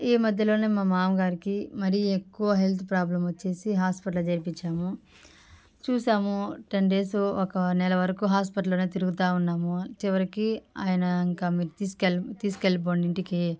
ఈ మధ్యలోనే మా మామగారికి మరీ ఎక్కువ హెల్త్ ప్రాబ్లం వచ్చేసి హాస్పిటల్ చేర్పించాము చూసాము టెన్ డేసు ఒక నెల వరకు హాస్పిటల్లోనే తిరుగుతా ఉన్నాము చివరికి ఆయన ఇంకా మీరు తీసుకెళ్ తీసుకెళ్ళిపోండి ఇంటికి